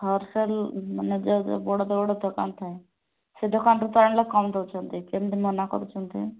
wholesale ମାନେ ଯୋଉ ବଡ଼ ବଡ଼ ଦୋକାନ ଥାଏ ସେ ଦୋକାନରୁ ତ ଆଣିଲେ କମ ଦେଉଛନ୍ତି କେମତି ମନା କରୁଛନ୍ତି